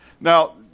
now